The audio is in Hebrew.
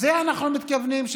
לזה אנחנו מתכוונים.